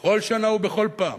בכל שנה ובכל פעם